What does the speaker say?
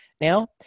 now